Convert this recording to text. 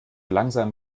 langsam